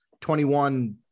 21